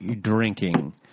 drinking